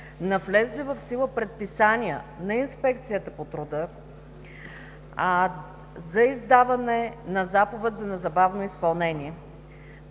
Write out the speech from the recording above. на влезли в сила предписания на Инспекцията по труда за издаване на заповед за незабавно изпълнение.